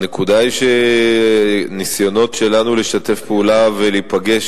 הנקודה היא שניסיונות שלנו לשתף פעולה ולהיפגש